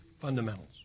fundamentals